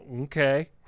okay